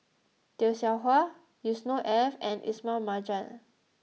Tay Seow Huah Yusnor Ef and Ismail Marjan